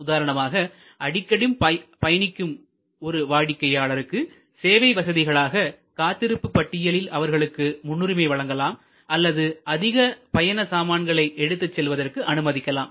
உதாரணமாக அடிக்கடி பயணிக்கும் ஒரு வாடிக்கையாளர்களுக்கு சேவை வசதிகளாக காத்திருப்பு பட்டியலில் அவர்களுக்கு முன்னுரிமை வழங்கலாம் அல்லது அதிக பயண சாமான்களை எடுத்துக் செல்வதற்கு அனுமதிக்கலாம்